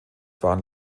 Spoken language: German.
waren